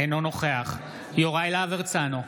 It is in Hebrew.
אינו נוכח יוראי להב הרצנו,